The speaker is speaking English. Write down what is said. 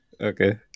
okay